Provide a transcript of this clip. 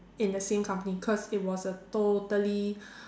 in the same company cause it was a totally